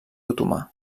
otomà